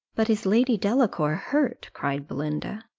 but is lady delacour hurt? cried belinda.